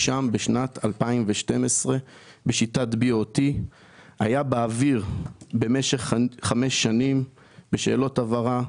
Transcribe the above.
שם בשנת 2012 בשיטת BOT והיה באוויר במשך חמש שנים לשאלות הבהרה.